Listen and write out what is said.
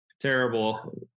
terrible